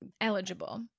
eligible